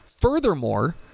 Furthermore